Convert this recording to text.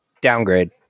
Downgrade